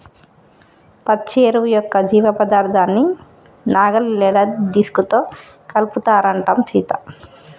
పచ్చి ఎరువు యొక్క జీవపదార్థాన్ని నాగలి లేదా డిస్క్ తో కలుపుతారంటం సీత